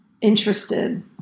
interested